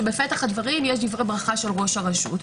שבפתח הדברים יש ברכה של ראש הרשות,